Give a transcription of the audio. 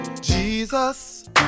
Jesus